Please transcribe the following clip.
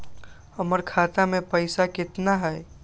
हमर खाता मे पैसा केतना है?